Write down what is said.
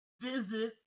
visit